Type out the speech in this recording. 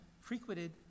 frequented